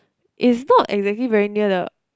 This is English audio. it's not exactly very near the